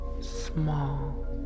small